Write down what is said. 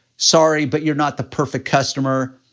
sorry, but you're not the perfect customer.